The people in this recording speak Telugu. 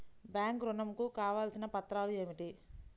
బ్యాంక్ ఋణం కు కావలసిన పత్రాలు ఏమిటి?